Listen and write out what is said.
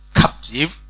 captive